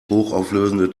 hochauflösende